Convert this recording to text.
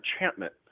enchantment